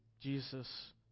Jesus